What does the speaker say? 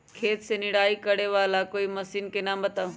खेत मे निराई करे वाला कोई मशीन के नाम बताऊ?